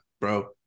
bro